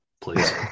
please